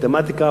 מתמטיקה,